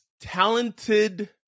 talented